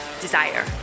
desire